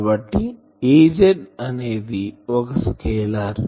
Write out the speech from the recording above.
కాబట్టి Az అనేది ఒక స్కేలార్